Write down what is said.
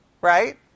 right